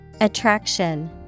Attraction